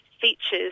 features